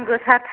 दाम गोसा